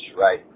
right